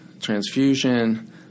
transfusion